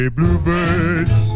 Bluebirds